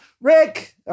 Rick